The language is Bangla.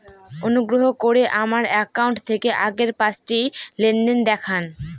অনুগ্রহ করে আমার অ্যাকাউন্ট থেকে আগের পাঁচটি লেনদেন দেখান